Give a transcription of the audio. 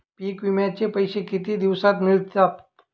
पीक विम्याचे पैसे किती दिवसात मिळतात?